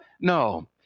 no